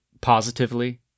positively